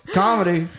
comedy